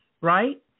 right